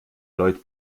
leut